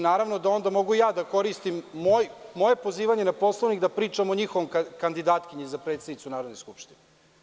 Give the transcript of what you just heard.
Naravno da onda mogu i ja da koristim moje pozivanje na Poslovnik da pričam o njihovom kandidatu za predsednika Narodne skupštine.